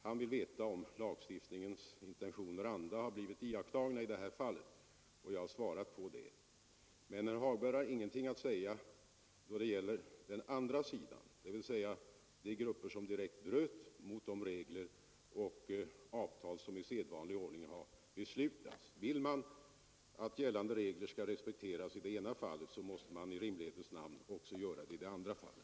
Han vill veta om lagstiftningens intentioner och anda har följts i det här fallet, och jag har svarat på det. Men han har ingenting att säga då det gäller den andra sidan, dvs. de grupper som direkt bröt mot de regler och fackliga avtal som i sedvanlig ordning hade slutits. Vill man att gällande regler skall respekteras i det ena fallet, måste man i rimlighetens namn göra det också i det andra fallet.